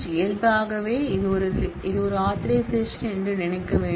இயல்பாகவே இது ஒரு ஆதரைசேஷன் என்று நினைக்க வேண்டும்